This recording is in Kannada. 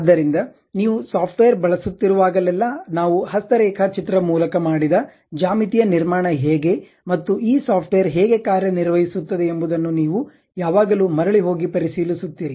ಆದ್ದರಿಂದ ನೀವು ಸಾಫ್ಟ್ವೇರ್ ಬಳಸುತ್ತಿರುವಾಗಲೆಲ್ಲಾ ನಾವು ಹಸ್ತ ರೇಖಾಚಿತ್ರ ಮೂಲಕ ಮಾಡಿದ ಜ್ಯಾಮಿತೀಯ ನಿರ್ಮಾಣ ಹೇಗೆ ಮತ್ತು ಈ ಸಾಫ್ಟ್ವೇರ್ ಹೇಗೆ ಕಾರ್ಯನಿರ್ವಹಿಸುತ್ತದೆ ಎಂಬುದನ್ನು ನೀವು ಯಾವಾಗಲೂ ಮರಳಿ ಹೋಗಿ ಪರಿಶೀಲಿಸುತ್ತೀರಿ